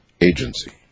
agency